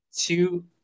two